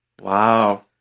Wow